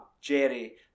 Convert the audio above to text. Jerry